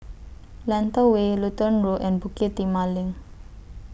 Lentor Way Lutheran Road and Bukit Timah LINK